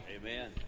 Amen